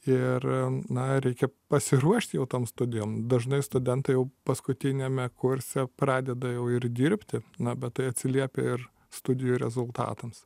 ir na reikia pasiruošti jau toms studijoms dažnai studentai jau paskutiniame kurse pradeda jau ir dirbti na bet tai atsiliepia ir studijų rezultatams